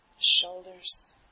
shoulders